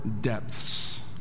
depths